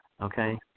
Okay